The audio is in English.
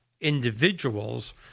individuals